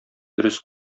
дөрес